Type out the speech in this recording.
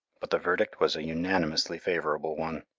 but the verdict was a unanimously favourable one.